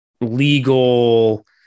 legal